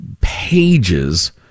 pages